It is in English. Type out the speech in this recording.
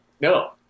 No